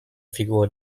figur